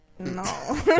No